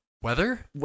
weather